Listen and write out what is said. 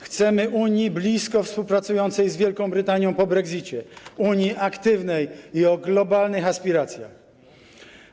Chcemy Unii blisko współpracującej z Wielką Brytanią po brexicie, Unii aktywnej i o globalnych aspiracjach.